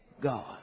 God